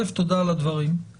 אלף תודה על הדברים,